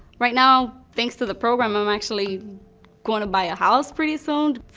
right now, thanks to the program, i'm actually going to buy a house pretty soon.